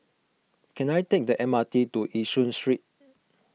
can I take the M R T to Yishun Street